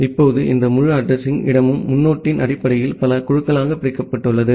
இப்போது இந்த முழு அட்ரஸிங் இடமும் முன்னொட்டின் அடிப்படையில் பல குழுக்களாக பிரிக்கப்பட்டுள்ளது